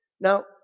Now